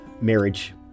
marriage